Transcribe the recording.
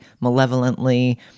malevolently